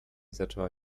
zaczęła